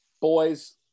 Boys